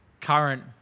current